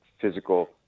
physical